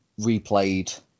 replayed